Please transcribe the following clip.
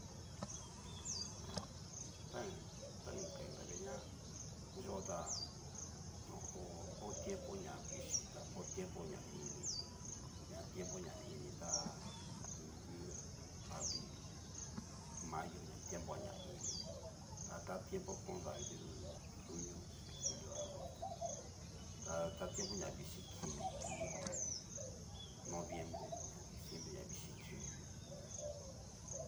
Mmm. ña tani kain nrave tá ho o on. ho tiempo ña vichii ta ho tiempo ña ini, ta tiempo ña ini tá dungu abril, mayo na tiempo ña ini, ta ta tiempo kon davii du. junio xin julio, agosto tata tiempo ña vichi kini ngu ho o on. noviembre ña diciembre ña vichi kini.